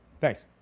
Thanks